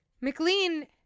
McLean